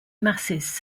masses